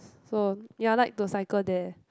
so ya I like to cycle there